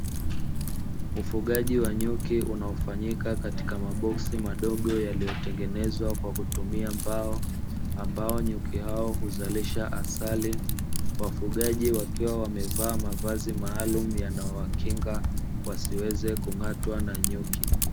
Ufugaji wa nyuki unaofanyika katika maboksi madogo yaliyotengenezwa kwa kutumia mbao, ambao nyuki hao huzalisha asali. Wafugaji wakiwa wamevaa mavazi maalumu yanayowakinga wasiweze kung'atwa na nyuki.